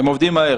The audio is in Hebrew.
הם עובדים מהר.